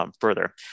further